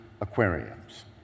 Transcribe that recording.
aquariums